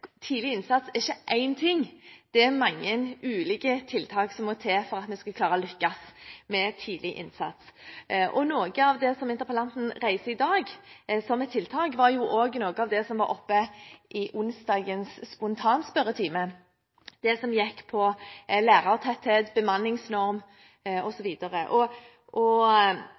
innsats» ikke er én ting, det er mange ulike tiltak som må til for at vi skal klare å lykkes med tidlig innsats. Noe av det som interpellanten reiser i dag som tiltak, var også noe av det som var oppe i onsdagens spontanspørretime, det som gikk på lærertetthet, bemanningsnorm